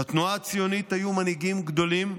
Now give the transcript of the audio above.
לתנועה הציונית היו מנהיגים גדולים,